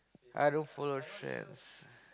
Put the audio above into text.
I don't follow trends